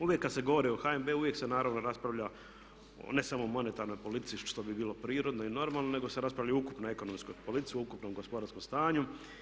Uvijek kad se govori o HNB-u uvijek se naravno raspravlja o ne samo monetarnoj politici što bi bilo prirodno i normalno nego se raspravlja i o ukupnoj ekonomskoj politici, ukupnom gospodarskom stanju.